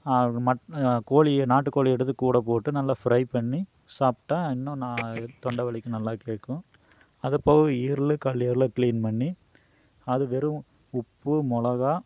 மட் கோழியை நாட்டுக்கோழி எடுத்து கூட போட்டு நல்லா ஃப்ரை பண்ணி சாப்பிட்டா இன்னும் நா தொண்டை வலிக்கு நல்லா கேட்கும் அதுபோக ஈரல் கல்லீரலாம் கிளீன் பண்ணி அது வெறும் உப்பு மிளகா